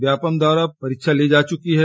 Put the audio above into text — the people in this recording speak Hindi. व्यापम द्वारा परीक्षा ली जा चुकी है